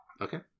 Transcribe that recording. Okay